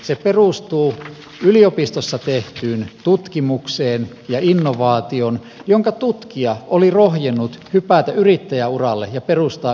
se perustuu yliopistossa tehtyyn tutkimukseen ja innovaatioon jonka tutkija oli rohjennut hypätä yrittäjäuralle ja perustaa yrityksen